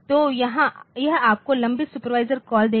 तो यह आपको लंबित सुपरवाइजरी कॉल देगा